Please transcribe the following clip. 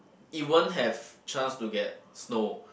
it won't have chance to get snow